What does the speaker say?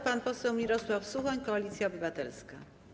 Pan poseł Mirosław Suchoń, Koalicja Obywatelska.